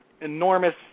enormous